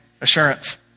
assurance